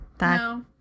No